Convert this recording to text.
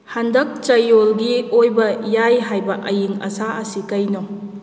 ꯍꯟꯗꯛ ꯆꯌꯣꯜꯒꯤ ꯑꯣꯏꯕ ꯌꯥꯏ ꯍꯥꯏꯕ ꯑꯏꯡ ꯑꯁꯥ ꯑꯁꯤ ꯀꯔꯤꯅꯣ